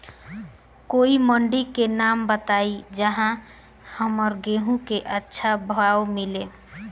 कोई मंडी के नाम बताई जहां हमरा गेहूं के अच्छा भाव मिले?